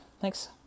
Thanks